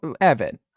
Evan